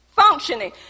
functioning